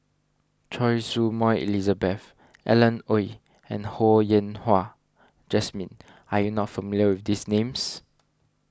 Choy Su Moi Elizabeth Alan Oei and Ho Yen Wah Jesmine are you not familiar with these names